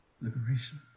liberation